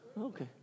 Okay